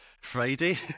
Friday